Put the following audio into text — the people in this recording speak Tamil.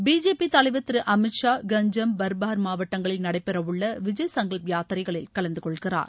பிஜேபி தலைவர் திரு அமித் ஷா கஞ்சம் பர்கார் மாவட்டங்களில் நடைபெறவுள்ள விஜய் சங்கல்ப் யாத்திரைகளில் கலந்து கொள்கிறார்